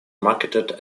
marketed